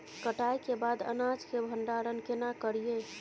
कटाई के बाद अनाज के भंडारण केना करियै?